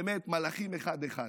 באמת מלאכים אחד-אחד,